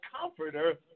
comforter